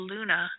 Luna